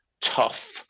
tough